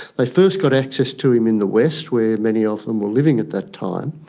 they first got access to him in the west where many of them were living at that time.